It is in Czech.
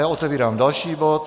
Otevírám další bod.